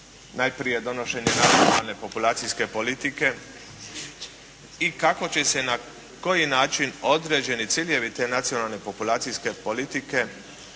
najprije donošenje Nacionalne populacijske politike i kako će se, na koji način određeni ciljevi te Nacionalne populacijske politike